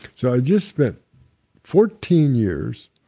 so i just spent fourteen years,